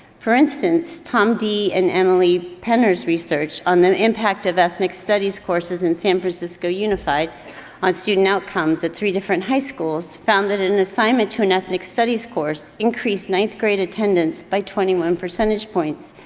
for instance, tom dee and emily penner's research on the impact of ethnic studies courses in san francisco unified on student outcomes at three different high schools found that an assignment to an ethnic studies course increased ninth grade attendance by twenty one percentage points,